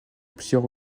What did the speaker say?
plusieurs